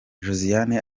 josiane